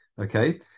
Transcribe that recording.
Okay